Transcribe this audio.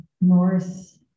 north